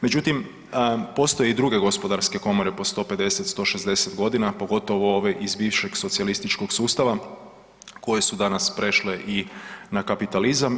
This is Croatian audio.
Međutim, postoje i druge gospodarske komore po 150, 160 godina pogotovo ove iz bivšeg socijalističkog sustava koje su danas prešle i na kapitalizam.